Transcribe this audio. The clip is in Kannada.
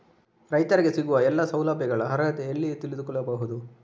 ರೈತರಿಗೆ ಸಿಗುವ ಎಲ್ಲಾ ಸೌಲಭ್ಯಗಳ ಅರ್ಹತೆ ಎಲ್ಲಿ ತಿಳಿದುಕೊಳ್ಳಬಹುದು?